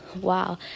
wow